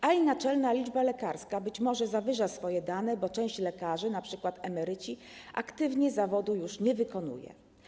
Ponadto Naczelna Izba Lekarska być może zawyża swoje dane, bo część lekarzy, np. emeryci, aktywnie zawodu już nie wykonuje.